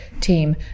team